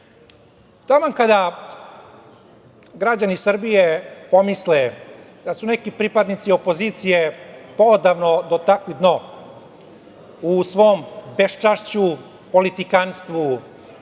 kada građani Srbije pomisle da su neki pripadnici opozicije poodavno dotakli dno u svom beščašću, politikanstvu,